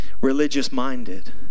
religious-minded